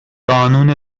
قانون